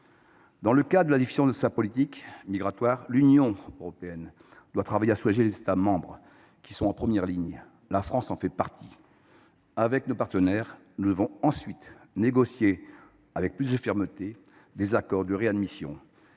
Dans le cadre de la définition de sa politique migratoire, l’Union européenne doit travailler à soulager les États membres qui sont en première ligne. La France en fait partie. Avec nos partenaires, nous devons ensuite négocier avec plus de fermeté les accords de réadmission